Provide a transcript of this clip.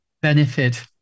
benefit